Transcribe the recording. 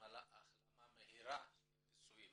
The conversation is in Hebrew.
והחלמה מהירה לפצועים.